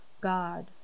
God